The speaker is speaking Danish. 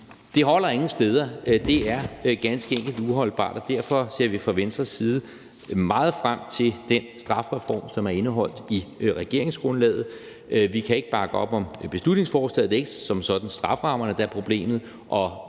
Det holder ingen steder. Det er ganske enkelt uholdbart, og derfor ser vi fra Venstres side meget frem til den strafreform, som er indeholdt i regeringsgrundlaget. Vi kan ikke bakke op om beslutningsforslaget, for det er ikke som sådan strafferammerne, der er problemet,